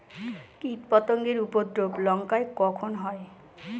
কীটপতেঙ্গর উপদ্রব লঙ্কায় কখন হয়?